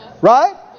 Right